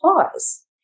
pause